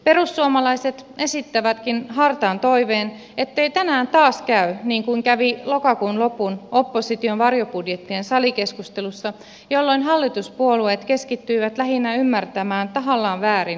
perussuomalaiset esittävätkin hartaan toiveen ettei tänään taas käy niin kuin kävi lokakuun lopun opposition varjobudjettien salikeskustelussa jolloin hallituspuolueet keskittyivät lähinnä ymmärtämään tahallaan väärin varjobudjettimme linjauksia